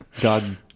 God